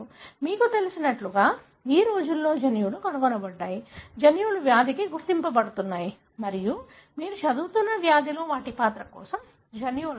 మీకు తెలిసినట్లుగా ఈ రోజుల్లో జన్యువులు కనుగొనబడ్డాయి జన్యువులు వ్యాధికి గుర్తించబడుతున్నాయి మరియు మీరు చదువుతున్న వ్యాధిలో వాటి పాత్ర కోసం జన్యువులు ధృవీకరించబడుతున్నాయి